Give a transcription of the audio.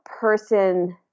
person